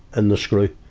in the screw.